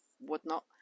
whatnot